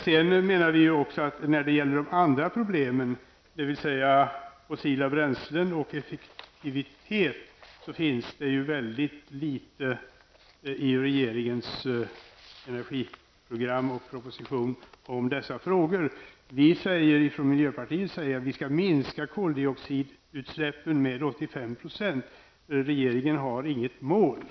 Om de andra problemen, dvs. fossila bränslen och ineffektiv energianvändning, finns det väldigt litet i regeringens energiprogram och proposition, menar jag. Vi säger från miljöpartiet att koldioxidutsläppen skall minska med 85 %, men regeringen har inget mål.